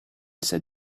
said